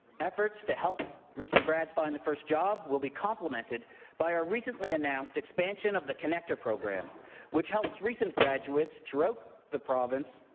efforts to help recent grads find their first job will be complemented by our recently announced expansion of the connector program which helps recent graduates throughout the province